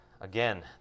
Again